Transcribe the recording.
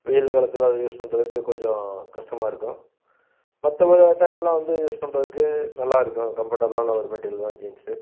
வெயில் காலத்தில் அது யூஸ் பண்ணுறதுக்கு கொஞ்சம் கஷ்டமாக இருக்கும் மற்ற டைம்லலாம் வந்து யூஸ் பண்ணுறதுக்கு நல்லா இருக்கும் கம்போர்டபுளான ஒரு மெட்டீரியல் தான் ஜீன்ஸ்ஸு